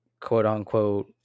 quote-unquote